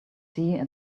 see